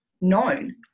known